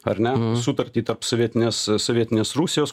ar ne sutartį tarp sovietinės sovietinės rusijos